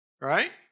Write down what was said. right